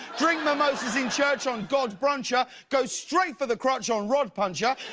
drink mimosas in church on godbruncher, go straight for the crotch on rodpuncher,